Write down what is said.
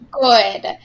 Good